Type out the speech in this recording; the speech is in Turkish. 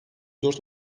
dört